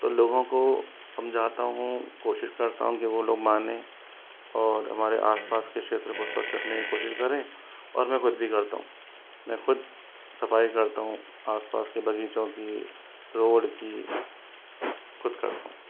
तो लोगों को समझता हूँ कोशिश करता हूँ कि वो लोग माने और हमारे आसपास के क्षेत्र को स्वच्छ रखने कोशिश करें और मैं ख़ुद भी करता हूँ मैं ख़ुद सफाई करता हूँ आसपास के बगीचों की रोड की ख़ुद करता हूँ